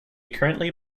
currently